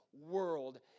world